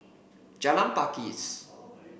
Jalan Pakis